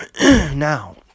now